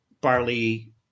barley